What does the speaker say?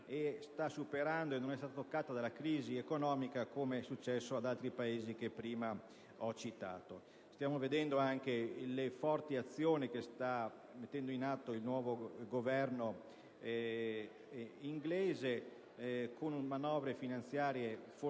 e che non è stata toccata dalla crisi economica come gli altri Paesi che prima ho citato. Stiamo vedendo anche le forti azioni che sta mettendo in atto il nuovo Governo inglese, con manovre finanziarie fortissime